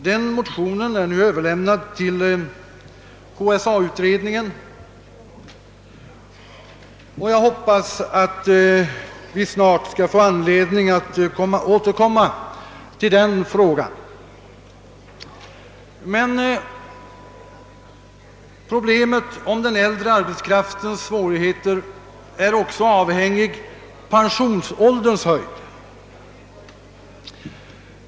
Den motionen är nu överlämnad till KSA-utredningen, och jag hoppas att vi snart skall få anledning att återkomma till frågan. Men problemet om den äldre arbetskraftens svårigheter är också avhängigt av pensionsålderns höjning.